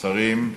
שרים,